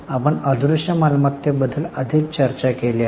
आपण अदृश्य मालमत्तेबद्दल आधीच चर्चा केली आहे